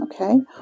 okay